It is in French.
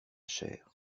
cher